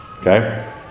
okay